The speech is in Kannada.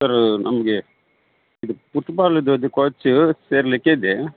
ಸರ್ ನಮಗೆ ಇದು ಪುಟ್ಬಾಲಿದು ಅದು ಕೋಚ್ ಸೇರಲಿಕ್ಕಿದೆ